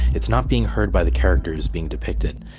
it's not being heard by the characters being depicted.